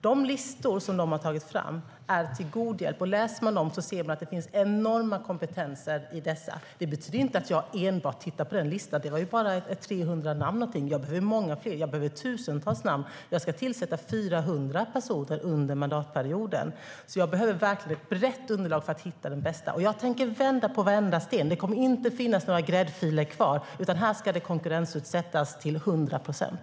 De listor som de har tagit fram är till god hjälp. Läser man dem ser man att det finns enorma kompetenser. Men det betyder inte att jag enbart tittar på deras listor. Där fanns bara ca 300 namn - jag behöver många fler. Jag behöver tusentals namn. Jag ska tillsätta 400 tjänster under mandatperioden, så jag behöver verkligen ett brett underlag för att hitta de bästa. Jag tänker vända på varenda sten. Det kommer inte att finnas några gräddfiler kvar, utan här ska det konkurrensutsättas till hundra procent.